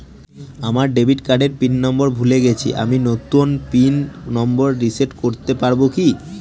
আমার ডেবিট কার্ডের pin number ভুলে গেছি আমি নূতন পিন নম্বর রিসেট করতে পারবো কি?